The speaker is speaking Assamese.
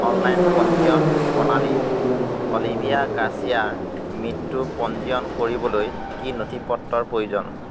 অনলাইন পঞ্জীয়ন প্ৰণালীত অলিভিয়া গাৰ্চিয়াৰ মৃত্যু পঞ্জীয়ন কৰিবলৈ কি নথিপত্ৰৰ প্ৰয়োজন